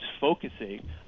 focusing